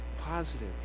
positive